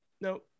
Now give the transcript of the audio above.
No